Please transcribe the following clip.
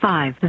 Five